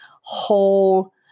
whole